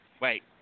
Wait